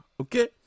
Okay